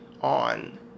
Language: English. On